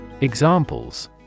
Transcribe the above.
Examples